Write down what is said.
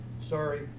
Sorry